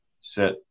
set